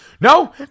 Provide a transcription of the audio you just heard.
No